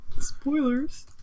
Spoilers